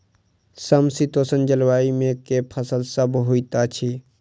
समशीतोष्ण जलवायु मे केँ फसल सब होइत अछि?